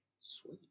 Sweet